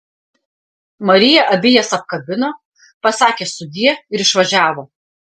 marija abi jas apkabino pasakė sudie ir išvažiavo